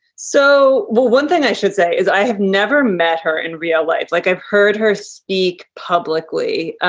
so. well, one thing i should say is i have never met her in real life, like i've heard her speak publicly.